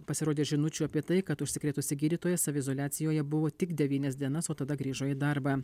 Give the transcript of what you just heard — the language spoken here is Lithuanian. pasirodė žinučių apie tai kad užsikrėtusi gydytoja saviizoliacijoje buvo tik devynias dienas o tada grįžo į darbą